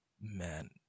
man